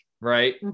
Right